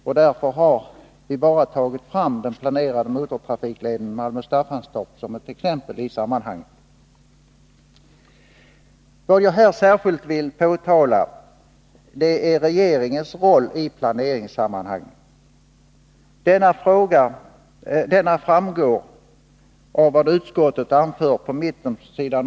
och därför har vi bara tagit fram den planerade motortrafikleden Malmö-Staffanstorp såsom ett exempel i sammanhanget. Vad jag här särskilt vill påtala är regeringens roll i planeringssammanhanget. Denna framgår av vad utskottet anför mitt på s.